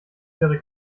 wäre